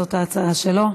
זאת ההצעה שלו.